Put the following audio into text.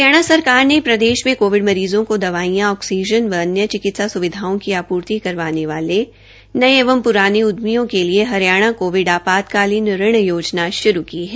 हरियाणा सरकार ने प्रदेश में कोविड मरीजों को दवाइयां ऑक्सीजन एवं अन्य चिकित्सा सुविधाओं की आपूर्ति करवाने वाले नए एवं पुराने उद्यमियों के लिए हरियाणा कोविड आपातकालीन ऋण योजना श्रू की है